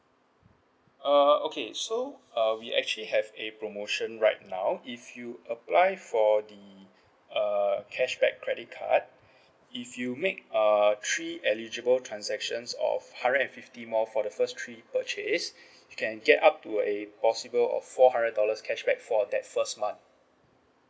uh okay so uh we actually have a promotion right now if you apply for the uh cashback credit card if you make uh three eligible transactions or hundred and fifty more for the first three purchase you can get up to a a possible of four hundred dollars cashback for that first month